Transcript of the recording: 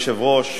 אדוני היושב-ראש,